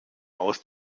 aus